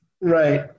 Right